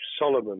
Solomon